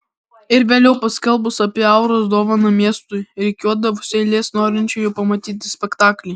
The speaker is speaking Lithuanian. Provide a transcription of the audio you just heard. ir vėliau paskelbus apie auros dovaną miestui rikiuodavosi eilės norinčiųjų pamatyti spektaklį